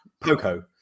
Poco